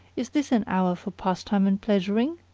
is this an hour for pastime and pleasuring?